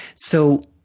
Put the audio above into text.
so,